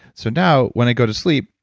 so now, when i go to sleep,